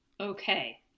Okay